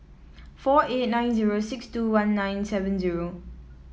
four eight nine zero six two one nine seven zero